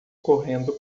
correndo